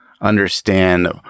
understand